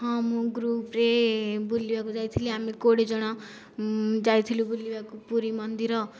ହଁ ମୁଁ ଗ୍ରୁପରେ ବୁଲିବାକୁ ଯାଇଥିଲି ଆମେ କୋଡ଼ିଏ ଜଣ ଯାଇଥିଲୁ ବୁଲିବାକୁ ପୁରୀ ମନ୍ଦିର